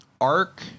ARC